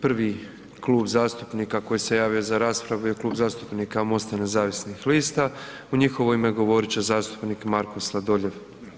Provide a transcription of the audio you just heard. Prvi klub zastupnika koji se javio za raspravu je Klub zastupnika MOST-a nezavisnih lista, u njihovo ime govorit će zastupnik Marko Sladoljev.